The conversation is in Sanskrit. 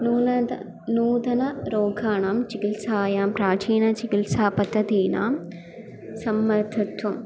नूनतं नूतनरोघाणां चिकित्सा यां प्राचीनचिकित्सापद्धतीनां समर्थनं